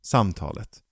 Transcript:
Samtalet